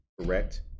correct